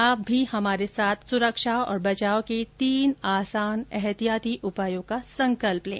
आप भी हमारे साथ सुरक्षा और बचाव के तीन आसान एहतियाती उपायों का संकल्प लें